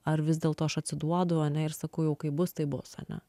ar vis dėlto aš atsiduodu ane ir sakau jau kaip bus taip bus ane